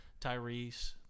Tyrese